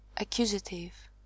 Accusative